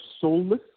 soulless